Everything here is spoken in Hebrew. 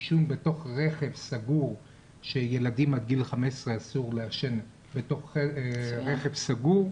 עישון בתוך רכב סגור שילדים עד גיל 15 אסור לעשן בתוך רכב סגור.